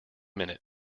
minute